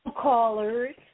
callers